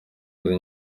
kazi